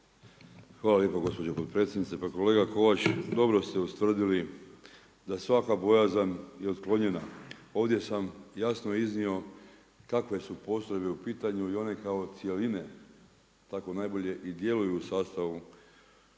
Hvala lijepo gospođo potpredsjednice. Pa kolega Kovač, dobro ste ustvrdili da svaka bojazan je otklonjena. Ovdje sam jasno iznio kakve su postrojbe u pitanju i one kao cjeline tako najbolje i djeluju u sastavu